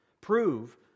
prove